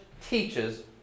teaches